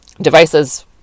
devices